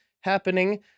happening